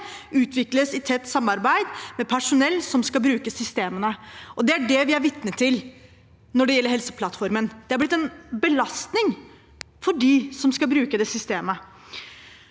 utvikles i tett samarbeid med personell som skal bruke systemene. Det er det vi er vitne til når det gjelder Helseplattformen. Det systemet er blitt en belastning for dem som skal bruke det. Det